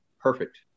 perfect